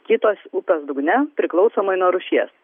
kitos upės dugne priklausomai nuo rūšies